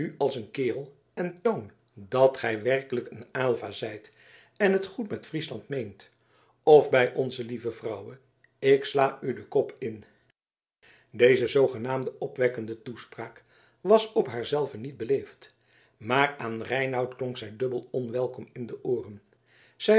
als een kerel en toon dat gij werkelijk een aylva zijt en het goed met friesland meent of bij o l vrouwe ik sla u den kop in deze zoogenaamde opwekkende toespraak was op haar zelve niet beleefd maar aan reinout klonk zij dubbel onwelkom in de ooren